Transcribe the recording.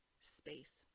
space